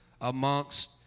amongst